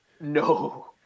no